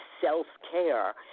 self-care